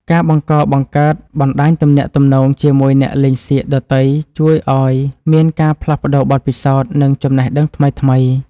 ការបង្កបង្កើតបណ្តាញទំនាក់ទំនងជាមួយអ្នកលេងសៀកដទៃជួយឱ្យមានការផ្លាស់ប្តូរបទពិសោធន៍ និង ចំណេះដឹងថ្មីៗ។